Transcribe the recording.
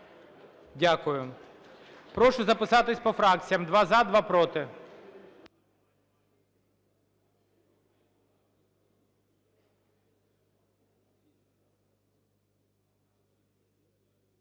Дякую. Прошу записатись по фракціям: два – за, два – проти.